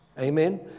Amen